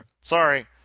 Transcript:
Sorry